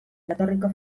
jatorriko